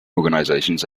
organizations